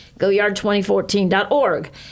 GoYard2014.org